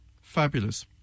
Fabulous